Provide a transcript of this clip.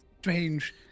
strange